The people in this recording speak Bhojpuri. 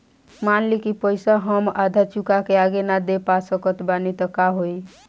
मान ली पईसा हम आधा चुका के आगे न दे पा सकत बानी त का होई?